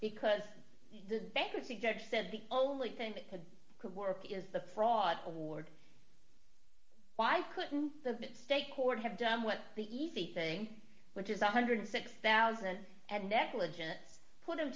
because the bankruptcy judge said the only thing that could work is the fraud award why couldn't the state court have done what the easy thing which is one hundred and six thousand and negligence put them